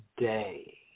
day